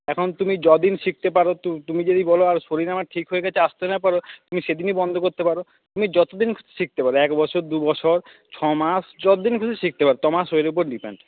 এখন তুমি যদিন শিখতে পারো তুমি যদি বল শরীর আমার ঠিক হয়ে গেছে আসতে না পারো তুমি সেদিনই বন্ধ করতে পারো তুমি যতদিন শিখতে পারো এক বছর দুবছর ছ মাস যদ্দিন খুশি শিখতে পারো তোমার শরীরের উপর ডিপেন্ড